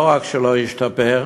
לא רק שלא השתפר,